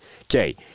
Okay